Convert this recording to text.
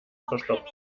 verstopft